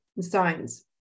signs